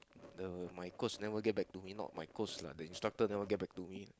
the my coach never get back to me not my coach lah the instructor never get back to me